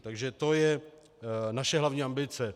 Takže to je naše hlavní ambice.